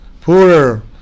poorer